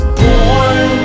born